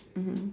mmhmm